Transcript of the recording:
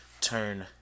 turn